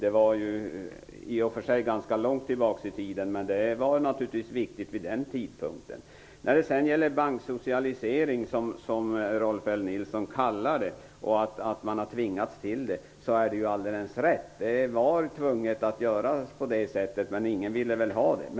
Det var ganska långt tillbaka i tiden, men det var naturligtvis viktigt vid den tidpunkten. Så säger Rolf L Nilson att man tvingats till banksocialisering, som han kallar det för. Det är alldeles rätt. Det var nödvändigt att göra att så, men ingen ville det.